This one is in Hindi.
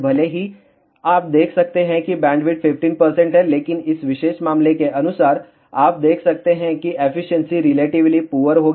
भले ही आप देख सकते हैं कि बैंडविड्थ 15 है लेकिन इस विशेष मामले के अनुसार आप देख सकते हैं कि एफिशिएंसी रिलेटिवली पुअर होगी